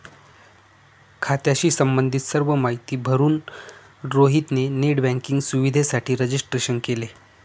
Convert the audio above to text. खात्याशी संबंधित सर्व माहिती भरून रोहित ने नेट बँकिंग सुविधेसाठी रजिस्ट्रेशन केले